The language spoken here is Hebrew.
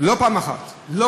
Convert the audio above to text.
פעם אחת היא כבר נפלה.